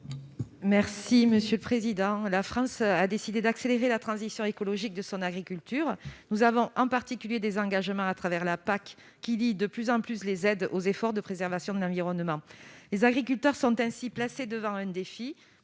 Merci monsieur le président, la France a décidé d'accélérer la transition écologique de son agriculture, nous avons en particulier des engagements à travers la PAC qui dit de plus en plus les aides aux efforts de préservation de l'environnement, les agriculteurs sont ainsi placés devant un défi